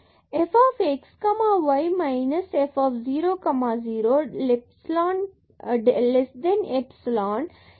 f xy f epsilon